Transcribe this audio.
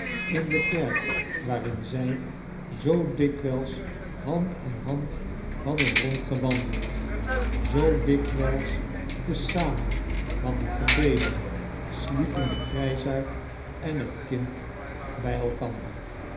in de kerk waarin zij zoo dikwijls hand aan hand hadden rondgewandeld zoo dikwijls te zamen hadden gebeden sliepen de grijsaard en het kind bij elkander